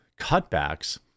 cutbacks